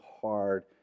hard